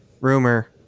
rumor